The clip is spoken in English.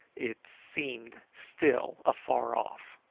it seemed still afar off.